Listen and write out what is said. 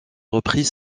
reprit